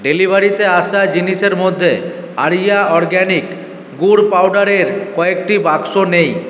ডেলিভারিতে আসা জিনিসের মধ্যে আরিয়া অরগ্যানিক গুড় পাউডারের কয়েকটি বাক্স নেই